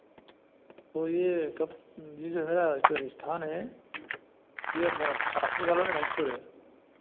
तो यह कब यह जो है जो स्थान है यह अब शास्त्री कॉलोनी महकपुर है